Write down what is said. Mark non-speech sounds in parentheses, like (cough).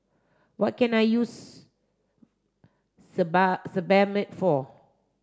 what can I use (unintelligible) Sebamed for